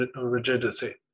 rigidity